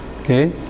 okay